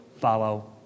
follow